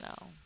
no